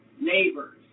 neighbors